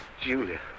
Julia